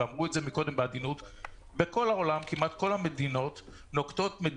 זה נכון ואנחנו מדברים באותה שפה